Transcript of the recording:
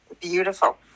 Beautiful